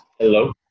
Hello